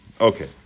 Okay